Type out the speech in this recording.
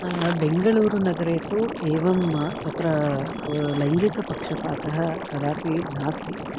बेङ्गलूरुनगरे तु एवं तत्र लैङ्गिकपक्षपातः कदापि नास्ति